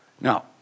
Now